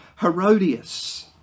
Herodias